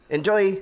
Enjoy